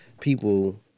people